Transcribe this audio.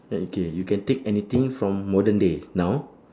okay you can take any thing from modern day now